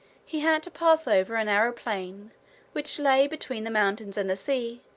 he had to pass over a narrow plain which lay between the mountains and the sea,